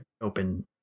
open